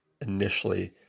initially